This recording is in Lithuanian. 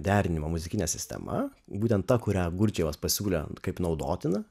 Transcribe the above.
derinimo muzikine sistema būtent ta kurią agurdžijus pasiūlė kaip naudotina